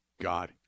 God